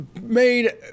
made